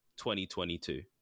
2022